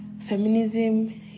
feminism